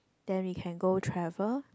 then we can go travel